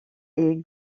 est